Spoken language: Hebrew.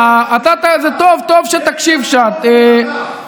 סמוטריץ' שחור,